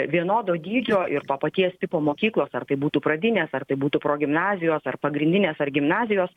vienodo dydžio ir to paties tipo mokyklos ar tai būtų pradinės ar tai būtų progimnazijos ar pagrindinės ar gimnazijos